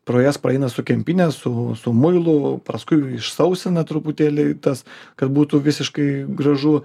pro jas praeina su kempine su muilu paskui išsausina truputėlį tas kad būtų visiškai gražu